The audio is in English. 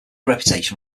reputation